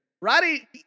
Roddy